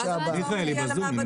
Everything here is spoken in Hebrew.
--- מיכאל, היא בזום.